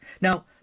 Now